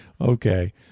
Okay